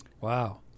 wow